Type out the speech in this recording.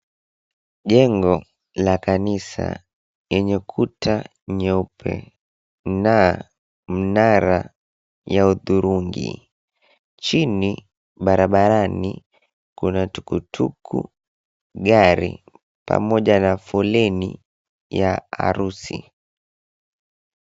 Jengo la kanisa lenye kuta nyeupe na mnara ya hudhurungi. Chini barabarani kuna tukutuku, gari pamoja na foleni ya harusi.